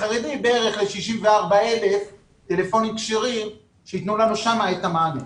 ולחרדים בערך ל-46,000 טלפונים כשרים שייתנו לנו שם את המענה.